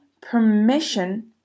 permission